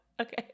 Okay